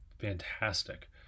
fantastic